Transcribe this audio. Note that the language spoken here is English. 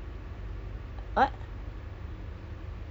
pioneer mall